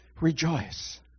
rejoice